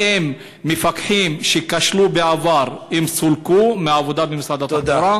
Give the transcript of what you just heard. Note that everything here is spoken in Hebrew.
האם מפקחים שכשלו בעבר סולקו מהעבודה במשרד התחבורה,